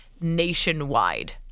nationwide